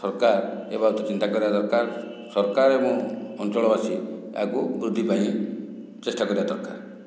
ସରକାର ଏ ବାବଦରେ ଚିନ୍ତା କରିବା ଦରକାର ସରକାର ଏବଂ ଅଞ୍ଚଳବାସୀ ଏହାକୁ ବୃଦ୍ଧି ପାଇଁ ଚେଷ୍ଟା କରିବା ଦରକାର